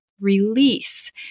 release